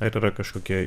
ar yra kažkokie